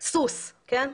סוס, כן?